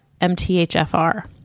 MTHFR